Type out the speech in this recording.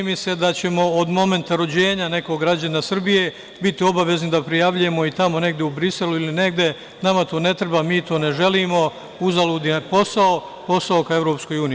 Čini mi se da ćemo od momenta rođenja nekog građanina Srbije biti obavezni da prijavljujemo i tamo negde u Briselu, ili negde, nama to ne treba, mi to ne želimo, uzalud je posao – posao ka Evropskoj uniji.